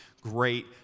great